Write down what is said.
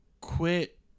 quit